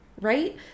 right